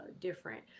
different